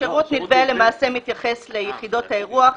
"שירות נלווה" למעשה מתייחס ליחידות האירוח.